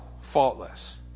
Faultless